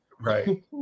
Right